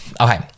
Okay